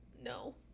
No